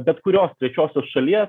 bet kurios trečiosios šalies